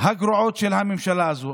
הגרועים של הממשלה הזו.